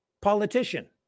politician